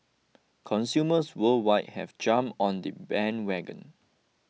consumers worldwide have jump on the bandwagon